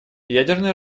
ядерное